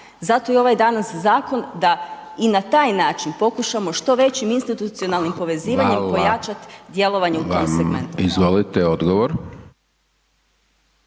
Zato je i ovaj danas zakon da i na taj način pokušamo što većim institucionalnim povezivanjem…/Upadica: Hvala…/…pojačat